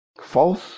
False